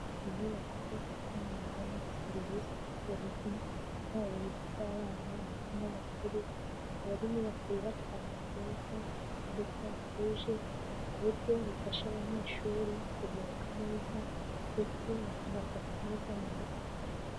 Inyubako itangirwamo serivise z'uburezi, yaba uburezi bw'abana ndetse n'abakuru, akaba ari inyubako yubatswe ahantu heza ndetse hatuje, ku buryo bifasha abanyeshuri kuruhuka neza ndetse bakanafata neza mu mutwe.